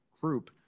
group